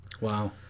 Wow